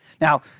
Now